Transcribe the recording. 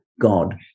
god